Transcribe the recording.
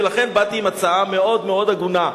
ולכן באתי עם הצעה מאוד מאוד הגונה,